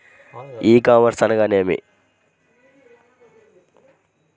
ఈ కామర్స్ అనగా నేమి?